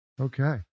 Okay